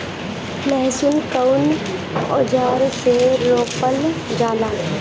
लहसुन कउन औजार से रोपल जाला?